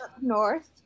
North